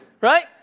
right